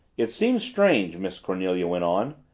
it seems strange, miss cornelia went on,